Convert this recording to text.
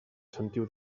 sentiu